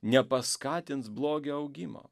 nepaskatins blogio augimo